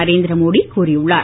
நரேந்திர மோடி கூறியுள்ளார்